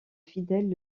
fidèles